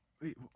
Wait